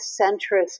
centrist